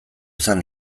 izan